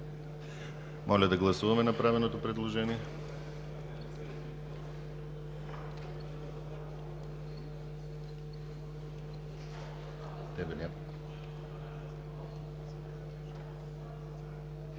Моля да гласуваме направеното предложение. Гласували